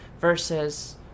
versus